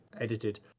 edited